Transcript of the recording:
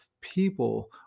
people